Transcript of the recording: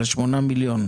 על השמונה מיליון.